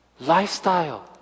Lifestyle